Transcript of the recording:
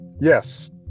Yes